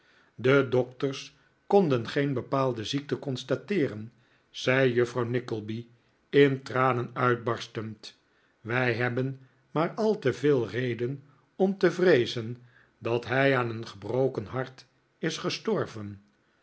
de dokters konden geen bepaalde ziekte constateeren zei juffrouw nickleby in tranen uitbarstend wij hebben maar al te veel reden om te vreezen dat hij aan een gebroken hart is gestorven